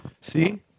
see